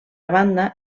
banda